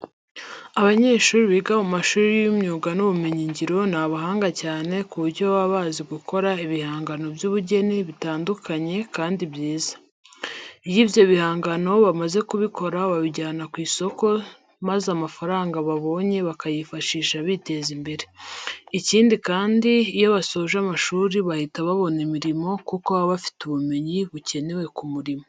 Abanyeshuri biga mu mashuri y'imyuga n'ubumenyingiro ni abahanga cyane ku buryo baba bazi gukora ibihangano by'ubugeni bitandukanyekandi byiza. Iyo ibyo bihangano bamaze kubikora babijyana ku isoko maza amafaranga babonye bakayifashisha biteza imbere. Ikindi kandi, iyo basoje amashuri bahita babona imirimo kuko baba bafite ubumenyi bukenewe ku murimo.